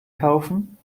kaufen